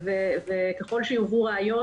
וככל שיובאו ראיות,